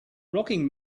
rocking